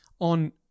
on